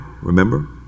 remember